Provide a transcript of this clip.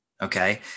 Okay